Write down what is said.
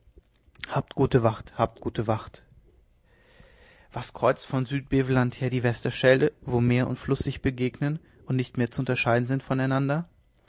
gute wacht habt gute wacht was kreuzt von südbeveland her die westerschelde wo meer und fluß sich begegnen und nicht mehr zu unterscheiden sind voneinander